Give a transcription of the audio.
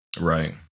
Right